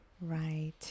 right